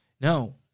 No